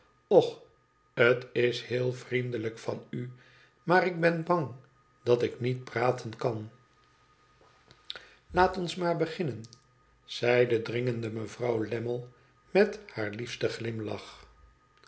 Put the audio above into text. och het is heel vriendelijk van n maar ik ben bang dat ik niet praten kan laat ons maar beginnen zei de dringende mevrouw lammie met haar liefsten glimlach